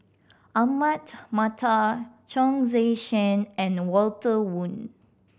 Ahmad Mattar Chong Tze Chien and Walter Woon